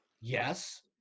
Yes